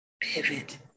pivot